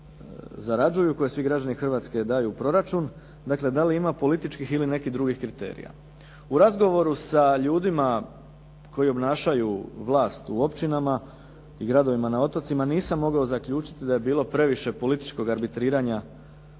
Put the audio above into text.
koje svi građani Hrvatske daju u proračun. Dakle, da li ima političkih ili nekih drugih kriterija. U razgovoru sa ljudima koji obnašaju vlast u općinama i gradovima na otocima nisam mogao zaključiti da je bilo previše političkog arbitriranja